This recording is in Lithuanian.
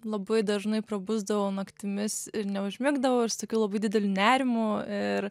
labai dažnai prabusdavau naktimis ir neužmigdavau ir su tokiu labai dideliu nerimu ir